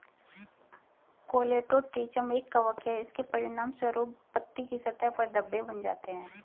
Colletotrichum एक कवक है, इसके परिणामस्वरूप पत्ती की सतह पर धब्बे बन जाते हैं